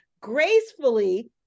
gracefully